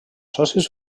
socis